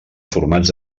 formats